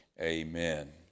Amen